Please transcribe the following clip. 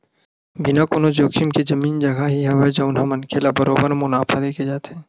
बिना कोनो जोखिम के जमीन जघा ही हवय जउन ह मनखे ल बरोबर मुनाफा देके ही जाथे